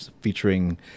featuring